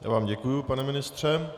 Já vám děkuji, pane ministře.